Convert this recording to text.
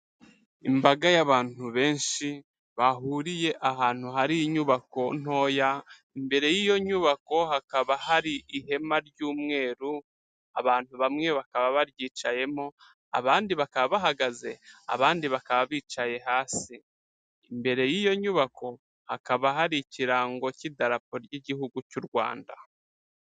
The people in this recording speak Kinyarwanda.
Imbaga y'abantu benshi bahuriye ahantu hari inyubako ntoya. Imbere y'iyo nyubako hakaba hari ihema ry'umweru, abantu bamwe bakaba baryicayemo, abandi bakaba bahagaze, abandi bakaba bicaye hasi. Imbere y'iyo nyubako hakaba hari ikirango cy'idarapo ry'Igihugu cy'u Rwanda.